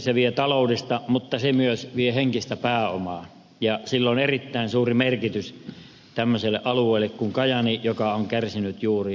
se vie taloudesta mutta se myös vie henkistä pääomaa ja sillä on erittäin suuri merkitys tämmöiselle alueelle kuin kajaani joka on kärsinyt juuri rakennemuutoksesta